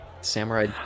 Samurai